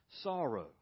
sorrow